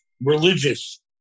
religious